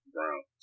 Brown